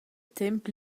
temp